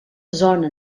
zona